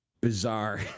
bizarre